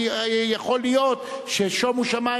כי יכול להיות ששומו שמים,